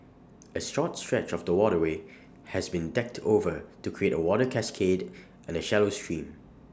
A short stretch of the waterway has been decked over to create A water cascade and A shallow stream